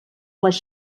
les